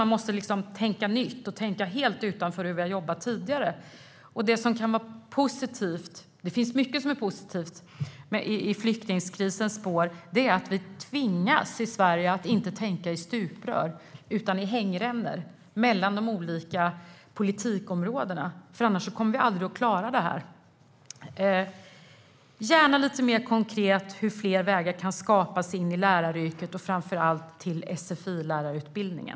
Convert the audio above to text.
Man måste tänka nytt och tänka helt utanför boxen jämfört med hur vi har jobbat tidigare. Det finns mycket som är positivt i flyktingkrisens spår, och en sådan sak är att vi tvingas här i Sverige att inte tänka i stuprör utan i stället i hängrännor mellan de olika politikområdena. Annars kommer vi aldrig att klara situationen. Jag vill gärna höra lite mer konkret hur fler vägar kan skapas in i läraryrket och framför allt till sfi-lärarutbildningen.